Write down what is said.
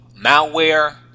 malware